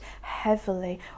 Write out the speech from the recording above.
heavily